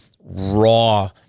raw